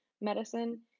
medicine